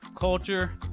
culture